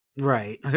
Right